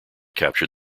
captured